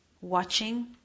watching